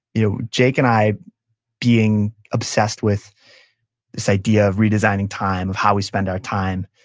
you know jake and i being obsessed with this idea of redesigning time, of how we spend our time,